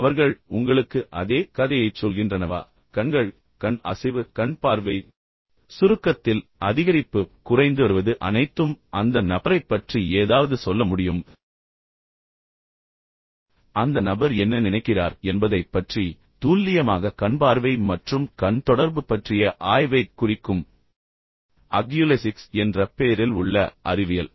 அவர்கள் உங்களுக்கு அதே கதையைச் சொல்கின்றனவா கண்கள் கண் அசைவு கண் பார்வை சுருக்கத்தில் அதிகரிப்பு குறைந்து வருவது அனைத்தும் அந்த நபரைப் பற்றி ஏதாவது சொல்ல முடியும் அந்த நபர் என்ன நினைக்கிறார் என்பதைப் பற்றி துல்லியமாக கண்பார்வை மற்றும் கண் தொடர்பு பற்றிய ஆய்வைக் குறிக்கும் அக்யுலெசிக்ஸ் என்ற பெயரில் உள்ள அறிவியல்